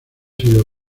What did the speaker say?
sido